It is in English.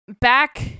back